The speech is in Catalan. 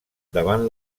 davant